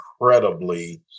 incredibly